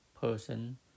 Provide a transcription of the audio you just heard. person